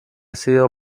sido